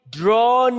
draw